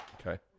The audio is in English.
Okay